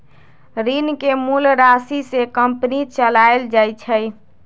ऋण के मूल राशि से कंपनी चलाएल जाई छई